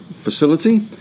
facility